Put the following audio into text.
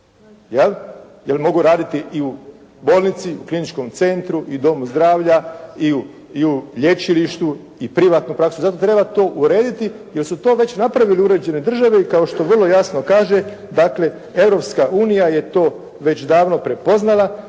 je li, jer mogu raditi i u bolnici i u kliničkom centru i domu zdravlja i u lječilištu i privatnu praksu, zato treba to urediti jer su to već napravile uređene države i kao što vrlo jasno kaže, dakle, Europska unija je to već davno prepoznala